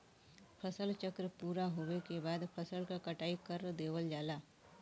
फसल चक्र पूरा होवे के बाद फसल क कटाई कर देवल जाला